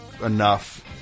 enough